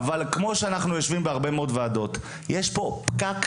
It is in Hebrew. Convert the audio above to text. אנחנו יושבים בהרבה מאוד ועדות ורואים שיש פקק